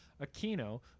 Aquino